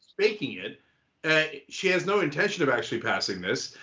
faking it and she has no intention of actually passing this.